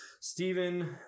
Stephen